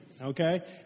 Okay